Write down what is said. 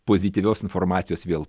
pozityvios informacijos vėl